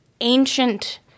ancient